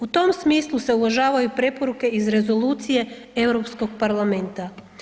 U tom smislu se uvažavaju preporuke iz Rezolucije EU parlamenta.